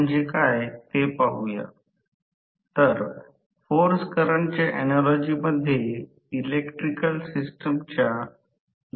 म्हणून आता circuit model चा विकास झाल्यानंतर प्रत्यक्षात गोष्टी कठीण नाहीत फक्त आपल्या समजुतीसाठी थोडेसे आवश्यक आहे